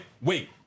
Wait